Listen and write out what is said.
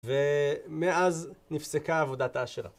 ומאז נפסקה עבודת האשרה.